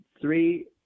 three